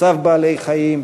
מצב בעלי-חיים,